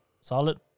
solid